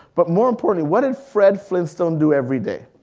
but more importantly, what did fred flinstone do everyday?